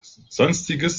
sonstiges